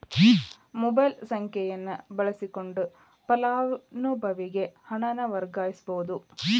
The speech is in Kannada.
ಮೊಬೈಲ್ ಸಂಖ್ಯೆಯನ್ನ ಬಳಸಕೊಂಡ ಫಲಾನುಭವಿಗೆ ಹಣನ ವರ್ಗಾಯಿಸಬೋದ್